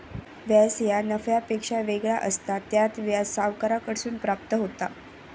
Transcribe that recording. व्याज ह्या नफ्यापेक्षा वेगळा असता, त्यात व्याज सावकाराकडसून प्राप्त होता